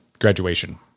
graduation